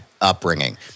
upbringing